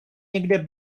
někde